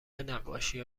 نقاشی